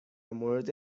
مورد